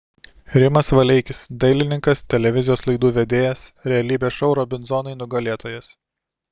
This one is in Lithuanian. rimas valeikis dailininkas televizijos laidų vedėjas realybės šou robinzonai nugalėtojas